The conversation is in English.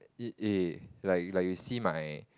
eh like like you see my